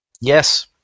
Yes